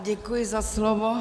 Děkuji za slovo.